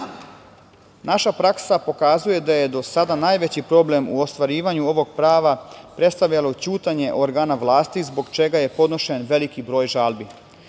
praksa pokazuje da je do sada najveći problem u ostvarivanju ovog prava predstavljalo ćutanje organa vlasti zbog čega je podnet veliki broj žalbi.